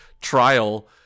trial